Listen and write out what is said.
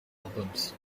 albums